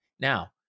Now